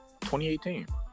2018